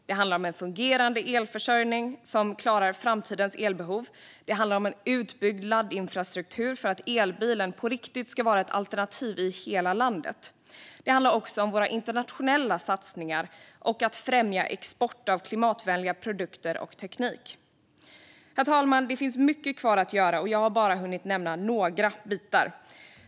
Det handlar om en fungerande elförsörjning som klarar framtidens elbehov. Det handlar om en utbyggd laddinfrastruktur för att elbilen på riktigt ska vara ett alternativ i hela landet. Det handlar också om våra internationella satsningar och om att främja export av klimatvänliga produkter och teknik. Herr talman! Det finns mycket kvar att göra, och jag har bara hunnit nämna några delar.